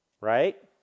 right